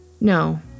-"No